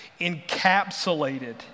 encapsulated